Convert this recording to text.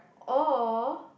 or